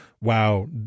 wow